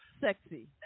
Sexy